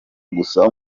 gusa